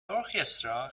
orchestra